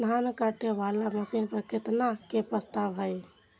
धान काटे वाला मशीन पर केतना के प्रस्ताव हय?